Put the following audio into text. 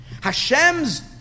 Hashem's